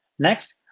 next,